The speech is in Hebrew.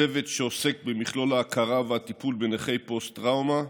צוות שעוסק במכלול ההכרה והטיפול בנכי פוסט-טראומה,